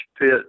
pit